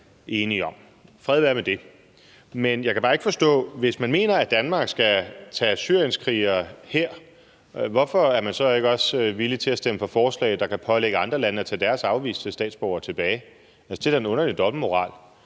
enige om. Fred være med det. Men der er noget, jeg bare ikke kan forstå. Hvis man mener, at Danmark skal tage syrienskrigere ind her, hvorfor er man så ikke også villig til at stemme for forslag, der kan pålægge andre lande at tage deres afviste statsborgere tilbage? Det er da en underlig dobbeltmoral.